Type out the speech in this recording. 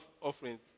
offerings